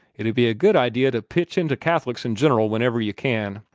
it'd be a good idee to pitch into catholics in general whenever you can.